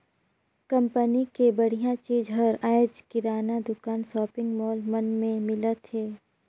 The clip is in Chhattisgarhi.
कंपनी के बड़िहा चीज हर आयज किराना दुकान, सॉपिंग मॉल मन में मिलत हे